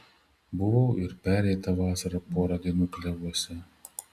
buvau ir pereitą vasarą porą dienų klevuose